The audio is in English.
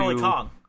Kong